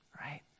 right